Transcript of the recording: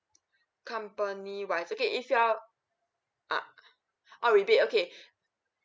company wise okay if you are ah oh repeat okay